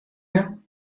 him